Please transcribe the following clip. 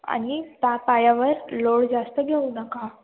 आणि त्या पायावर लोड जास्त घेऊ नका